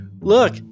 look